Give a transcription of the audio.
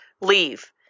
Leave